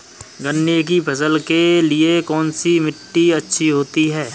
गन्ने की फसल के लिए कौनसी मिट्टी अच्छी होती है?